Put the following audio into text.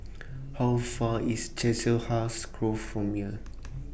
How Far IS Chiselhurst Grove from here